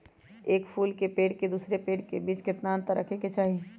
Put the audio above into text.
एक फुल के पेड़ के दूसरे पेड़ के बीज केतना अंतर रखके चाहि?